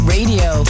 Radio